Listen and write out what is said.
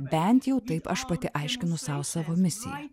bent jau taip aš pati aiškinu sau savo misiją